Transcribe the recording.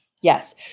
Yes